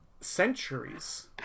centuries